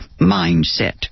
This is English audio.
mindset